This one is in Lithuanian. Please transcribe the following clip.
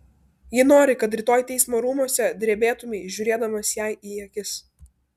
ji nori kad rytoj teismo rūmuose drebėtumei žiūrėdamas jai į akis